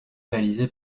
réalisé